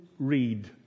read